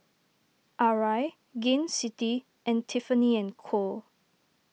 Arai Gain City and Tiffany and Co